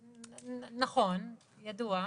נכון, ידוע,